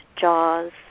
jaws